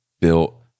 built